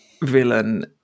villain